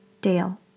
Dale